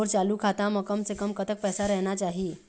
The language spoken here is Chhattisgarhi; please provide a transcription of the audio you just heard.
मोर चालू खाता म कम से कम कतक पैसा रहना चाही?